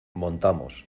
montamos